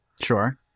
sure